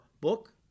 book